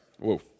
Whoa